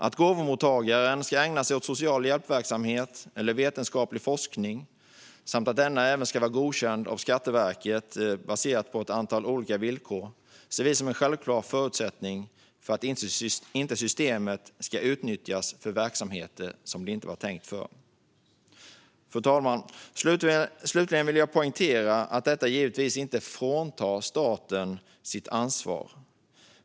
Att gåvomottagaren ska ägna sig åt social hjälpverksamhet eller vetenskaplig forskning, samt att denne även ska vara godkänd av Skatteverket baserat på ett antal olika villkor, ser vi som en självklar förutsättning för att inte systemet ska utnyttjas för verksamheter det inte var tänkt för. Fru talman! Slutligen vill jag poängtera att detta givetvis inte fråntar staten dess ansvar.